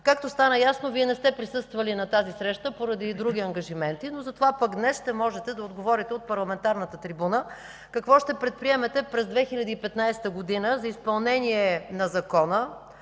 Както стана ясно, Вие не сте присъствали на тази среща поради други ангажименти, но затова пък днес ще можете да отговорите от парламентарната трибуна какво ще предприемете през 2015 г. за изпълнение на Закона,